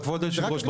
אבל כבוד יושב הראש,